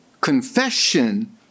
Confession